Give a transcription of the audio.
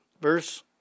Verse